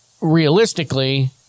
realistically